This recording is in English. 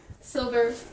silver